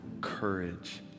courage